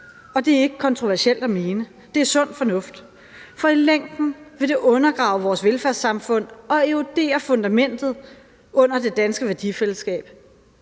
og det er ikke kontroversielt at mene, men det er sund fornuft. For i længden vil det undergrave vores velfærdssamfund og erodere fundamentet under det danske værdifællesskab.